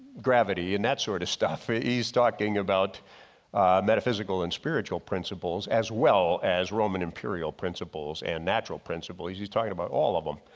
gravity and that sort of stuff. ah he's talking about metaphysical and spiritual principles as well as roman imperial principles and natural principles. he's he's talking about all of them.